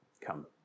Come